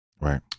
Right